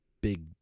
big